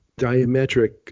diametric